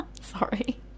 Sorry